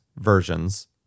versions